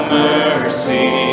mercy